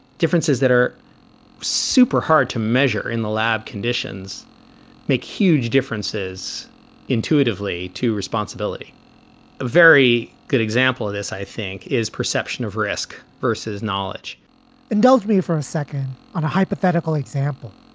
differences that are super hard to measure in the lab, conditions make huge differences intuitively to responsibility. a very good example of this, i think, is perception of risk versus knowledge indulge me for a second on a hypothetical example.